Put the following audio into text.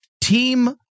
Team